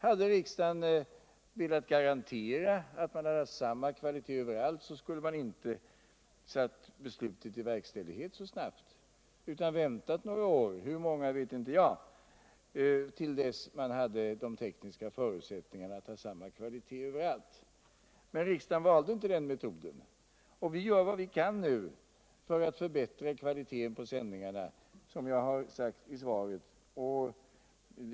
Hade riksdagen velat garantera samma kvalitet överallt, skulle man inte ha satt beslutet i verkställighet så snabbt utan man skulle ha väntat några år — hur många vet inte jag — till dess att de tekniska förutsättningarna för samma kvalitet överallt förelåg. Men riksdagen valde inte den metoden. Vi gör vad vi kan nu för att förbättra kvaliteten på sändningarna, som jag sagt i svaret.